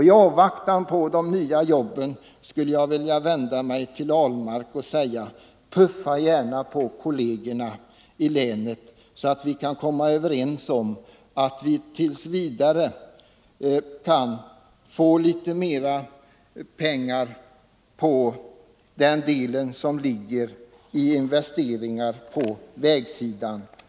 I avvaktan på de nya jobben skulle jag vilja vända mig till herr Ahlmark och säga: Puffa gärna på kollegerna i länet, så att vi kan komma överens om att anslå litet mera pengar till investeringar på vägsidan.